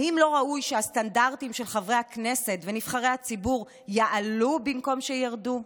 האם לא ראוי שהסטנדרטים של חברי הכנסת ונבחרי הציבור יעלו במקום שירדו?